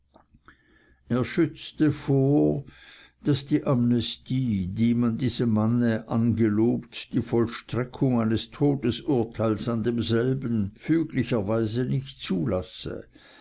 er schützte vor daß die amnestie die man diesem manne angelobt die vollstreckung eines todesurteils an demselben füglicher weise nicht zulasse